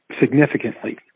significantly